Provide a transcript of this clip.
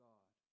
God